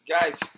Guys